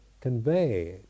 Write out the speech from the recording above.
convey